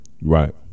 Right